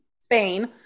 Spain